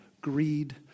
greed